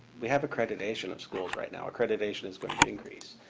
we have accreditation of schools right now. accreditation is going to increase,